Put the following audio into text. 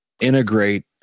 integrate